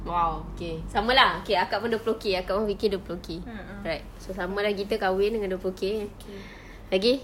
!wow! okay sama lah okay akak pun dua puluh K akak pun fikir dua puluh K right so sama lah kita kahwin dengan dua puluh K lagi